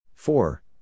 four